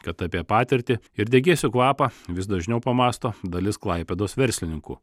kad apie patirtį ir degėsių kvapą vis dažniau pamąsto dalis klaipėdos verslininkų